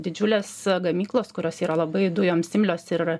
didžiulės gamyklos kurios yra labai dujoms imlios ir